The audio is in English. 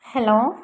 hello